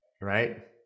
Right